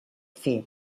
fer